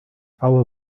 our